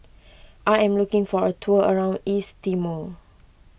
I am looking for a tour around East Timor